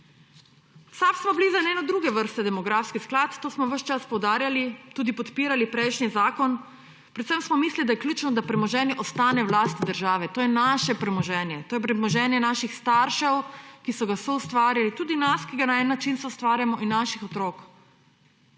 SAB smo bili za ene druge vrste demografski sklad, to smo ves čas poudarjali, tudi podpirali prejšnji zakon. Predvsem smo mislili, da je ključno, da premoženje ostane v lasti države. To je naše premoženje, to je premoženje naših staršev, ki so ga soustvarjali, tudi nas, ki ga na en način soustvarjamo in naših otrok.